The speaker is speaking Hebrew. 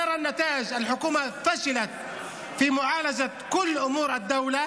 מתעלמת מנושא האלימות והפשיעה בחברה הערבית,